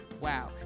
Wow